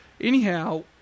Anyhow